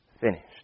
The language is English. finished